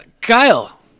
Kyle